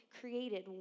created